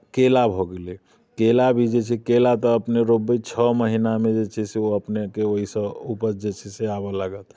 केरा भऽ गेलै केरा भी जे छै से केरा तऽ अपने रोपबै छओ महिनामे जे छै से अपनेके ओहिसँ उपज जे छै से आबय लागत